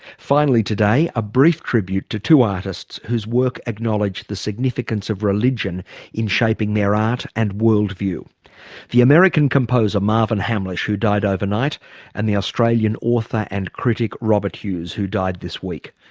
finally today a brief tribute to two artists whose work acknowledged the significance of religion in shaping their art and worldview the american composer marvin hamlisch who died overnight and the australian author and critic robert hughes, who died this week.